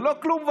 ללא כלום,